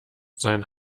sein